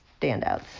standouts